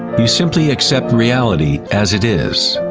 you simply accept reality as it is,